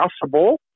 possible